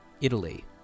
Italy